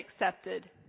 accepted